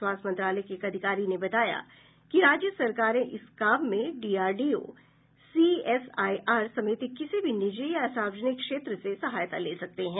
स्वास्थ्य मंत्रालय के एक अधिकारी ने बताया कि राज्य सरकारे इस काम में डीआरडीओ सीएसआईआर समेत किसी भी निजी या सार्वजनिक क्षेत्र से सहायता ले सकते हैं